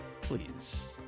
please